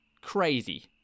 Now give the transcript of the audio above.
crazy